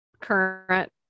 current